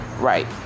Right